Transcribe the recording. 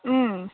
उम्